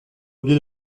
biais